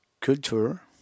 culture